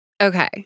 Okay